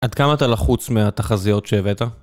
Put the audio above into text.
עד כמה אתה לחוץ מהתחזיות שהבאת?